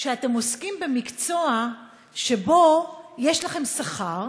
שאתם עוסקים במקצוע שבו יש לכם שכר,